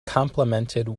complimented